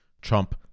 trump